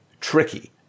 tricky